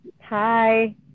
Hi